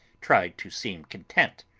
tried to seem content.